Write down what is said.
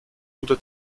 guter